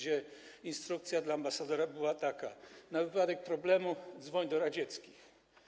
Instrukcja dla ambasadora była taka: w wypadku problemu dzwoń do radzieckich.